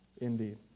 indeed